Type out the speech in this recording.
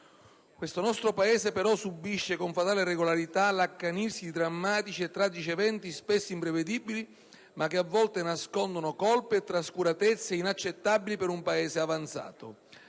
Questo nostro Paese subisce con fatale regolarità l'accanirsi di drammatici e tragici eventi, spesso imprevedibili, ma che a volte nascondono colpe e trascuratezze inaccettabili per un Paese avanzato.